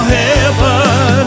heaven